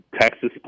Texas